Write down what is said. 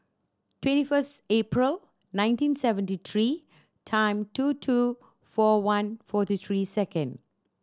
twenty first April nineteen seventy three time two two four one forty three second